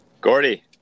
Gordy